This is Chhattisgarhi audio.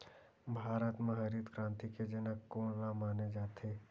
भारत मा हरित क्रांति के जनक कोन ला माने जाथे?